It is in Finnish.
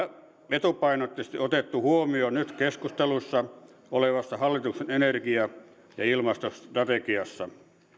etupainotteisesti otettu huomioon nyt keskustelussa olevassa hallituksen energia ja ilmastostrategiassa